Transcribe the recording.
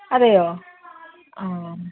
അതേയോ ആ